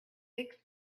sixth